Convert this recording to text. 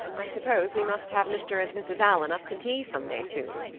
i suppose we must have mr. and mrs. allan up to tea someday soon,